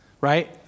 right